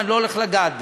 ואני לא הולך לגעת בזה,